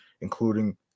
including